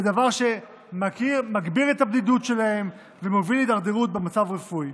זה דבר שמגביר את הבדידות שלהם ומוביל להידרדרות במצב הרפואי.